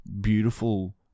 beautiful